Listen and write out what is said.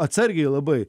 atsargiai labai